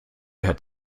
herr